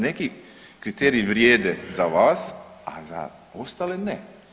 Neki kriteriji vrijede za vas, a za ostale ne.